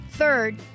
Third